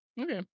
Okay